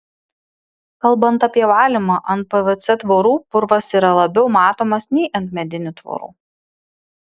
kalbant apie valymą ant pvc tvorų purvas yra labiau matomas nei ant medinių tvorų